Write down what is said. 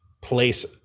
place